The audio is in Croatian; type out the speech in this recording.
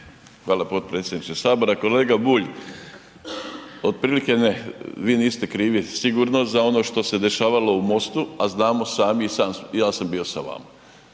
Hvala potpredsjedniče Sabora. Kolega Bulj. Otprilike, ne, vi niste krivi sigurno za ono što se dešavalo u MOST-u a znamo sami i ja sam bio sa vama.